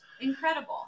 Incredible